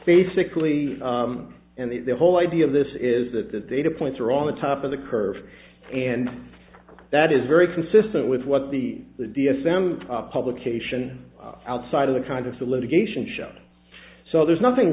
basically and the whole idea of this is that the data points are on the top of the curve and that is very consistent with what the the d s m publication outside of the kind of the litigation show so there's nothing